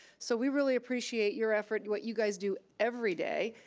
so we really appreciate your effort, what you guys do every day,